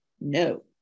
no